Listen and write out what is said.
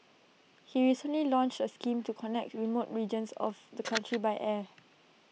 he recently launched A scheme to connect remote regions of the country by air